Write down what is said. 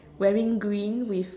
wearing green with